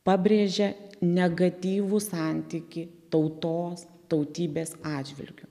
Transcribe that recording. pabrėžia negatyvų santykį tautos tautybės atžvilgiu